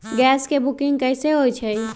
Gas के booking कैसे होईछई?